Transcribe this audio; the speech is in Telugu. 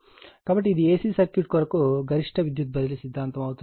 కాబట్టి ఇది AC సర్క్యూట్ కొరకు గరిష్ట విద్యుత్ బదిలీ సిద్ధాంతం అవుతుంది